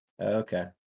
Okay